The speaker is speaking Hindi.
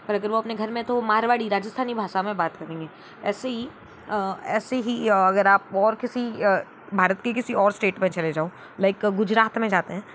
और अगर वो अपने घर में है तो मारवाड़ी राजस्थानी भाषा में बात करेंगे ऐसे ही ऐसे ही अगर आप और किसी भारत के किसी और स्टेट में चले जाओ लाइक गुजरात में जाते हैं